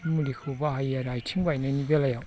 मुलिखौ बाहायो आरो आथिं बायनायनि बेलायाव